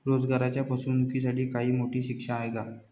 रोजगाराच्या फसवणुकीसाठी काही मोठी शिक्षा आहे का?